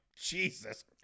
Jesus